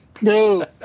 No